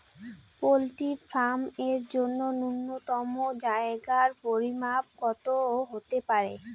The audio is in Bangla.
পোল্ট্রি ফার্ম এর জন্য নূন্যতম জায়গার পরিমাপ কত হতে পারে?